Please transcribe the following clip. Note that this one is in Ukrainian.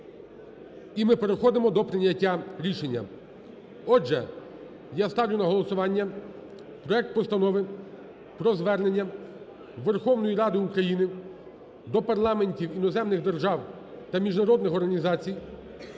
І ми переходимо до прийняття рішення. Отже, я ставлю на голосування проект Постанови про Звернення Верховної Ради України до парламентів іноземних держав та міжнародних організацій